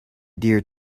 dear